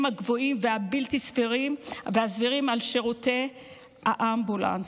הגבוהים והבלתי-סבירים של שירותי האמבולנס.